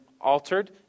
altered